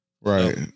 Right